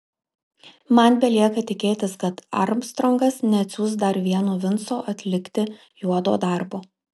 man belieka tikėtis kad armstrongas neatsiųs dar vieno vinco atlikti juodo darbo